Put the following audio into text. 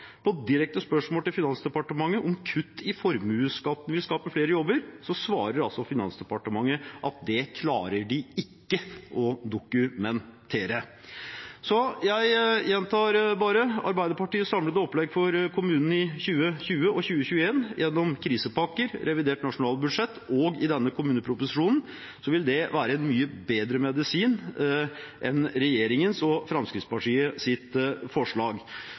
På direkte spørsmål til Finansdepartementet om hvorvidt kutt i formuesskatten vil skape flere jobber, svarer Finansdepartementet at det klarer de ikke å dokumentere. Jeg gjentar bare: Arbeiderpartiets samlede opplegg for kommunene i 2020 og 2021, gjennom krisepakker og i forbindelse med revidert nasjonalbudsjett og denne kommuneproposisjonen, vil være en mye bedre medisin enn regjeringens og Fremskrittspartiets forslag.